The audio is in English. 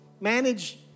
manage